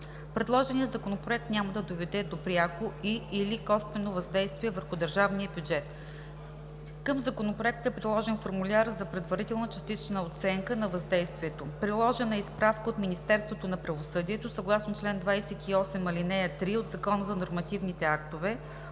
Предложеният Законопроект няма да доведе до пряко и/или косвено въздействие върху държавния бюджет. Към Законопроекта е приложен формуляр за предварителна частична оценка на въздействието. Приложена е и справка от Министерството на правосъдието, съгласно чл. 28, ал. 3 от Закона за нормативните актове,